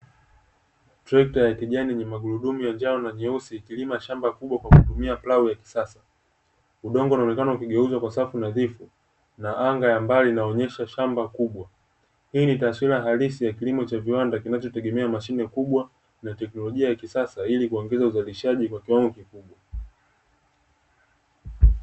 Trekta ya kijani yenye magurudumu ya njano na nyeusi ikilima shamba kubwa kwa kutumia plau ya kisasa, udongo unaonekana ukigeuzwa kwa safu nadhifu na anga ya mbali inaonesha shamba kubwa. Hii ni taswira halisi ya kilimo cha kiwanda kinachotegemea mashine kubwa na teknolijia ya kisasa ili kuongeza uzalishaji kwa kiwango kikubwa.